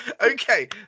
Okay